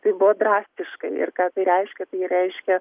tai buvo drastiškai ir ką tai reiškia tai reiškia